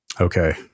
Okay